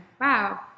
wow